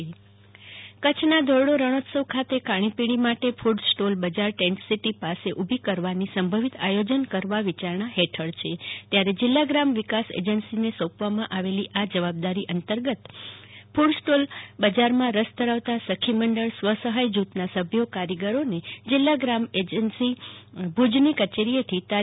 જાગુતિ વકિલ ધોરડો સ્ટોલ કચ્છના ધોરડો રણોત્સવ ખાતે ખાણીપીણી માટે કૂડ સ્ટોલ બજાર ટેન્ટસીટી પાસે ભી કરવાની સંભવિત આયોજન કરવા વીચારણા હેઠળ છે ત્યારે જીલ્લા થ્રામ વિકાસ એજન્સીને સોંપવામાં આવેલી આ જવાબદારી અંતર્ગત અપાયેલ પરિપત્ર મુજબ ફુડ સ્ટોલ બજારમાં રસ ધરાવતા સખીમંડળ સ્વસહાય જૂથના સભ્યો કારીગરોને જિલ્લા ગ્રામ વિકાસ એજન્સી ભુજની કચેરીથી તા